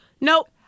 Nope